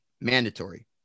mandatory